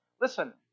listen